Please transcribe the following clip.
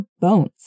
bones